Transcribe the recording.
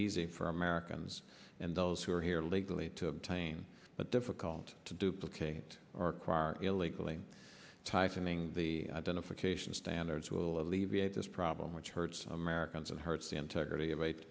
easy for americans and those who are here legally to attain but difficult to duplicate or car illegally tightening the identification standards will alleviate this problem which hurts americans and hurts the integrity of eight